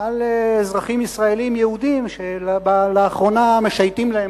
על אזרחים ישראלים יהודים שלאחרונה משייטים להם